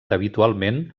habitualment